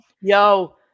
yo